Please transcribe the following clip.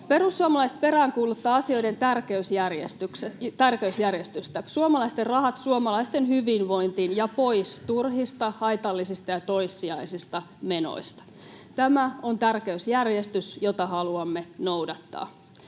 Perussuomalaiset peräänkuuluttavat asioiden tärkeysjärjestystä — suomalaisten rahat suomalaisten hyvinvointiin ja pois turhista, haitallisista ja toissijaisista menoista. Tämä on tärkeysjärjestys, jota haluamme noudattaa.